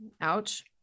Ouch